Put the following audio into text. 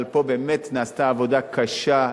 אבל פה באמת נעשתה עבודה קשה,